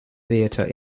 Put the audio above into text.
theatre